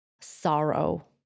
sorrow